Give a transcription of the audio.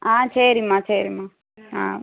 ஆ சரிம்மா சரிம்மா ஆ